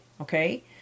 Okay